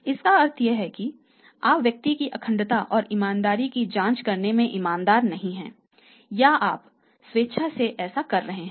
इसका अर्थ है कि या तो आप व्यक्ति की अखंडता और ईमानदारी की जांच करने में ईमानदार नहीं हैं या आप स्वेच्छा से ऐसा कर रहे हैं